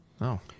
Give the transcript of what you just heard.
No